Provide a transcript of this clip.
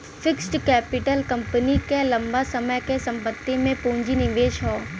fixed capital company क लंबा समय क संपत्ति में पूंजी निवेश हौ